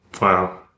Wow